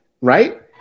right